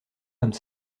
comme